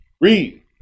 Read